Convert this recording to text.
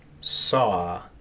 saw